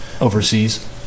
Overseas